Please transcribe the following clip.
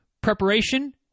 preparation